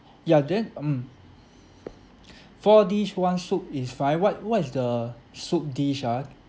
ya then mm four dish one soup is fine what what is the soup dish ah